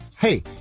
Hey